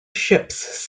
ships